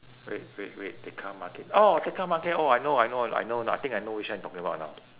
wait wait wait tekka market oh tekka market oh I know I know I know I think I know which one you talking about now